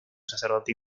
sacerdote